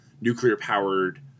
nuclear-powered